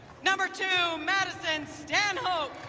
number two, madison stanhope no.